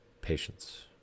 patience